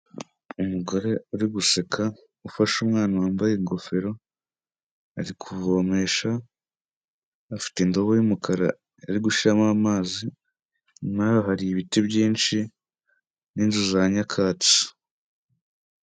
Umugore uri guseka ufashe umwana wambaye ingofero, ari kuvomesha afite indobo y'umukara ari gushyimo amazi, inyuma yabo hari ibiti byinshi n'inzu za nyakatsi.